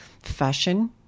fashion